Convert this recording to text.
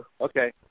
Okay